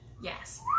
Yes